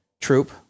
Troop